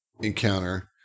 encounter